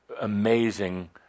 amazing